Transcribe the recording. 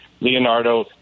Leonardo